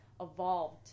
evolved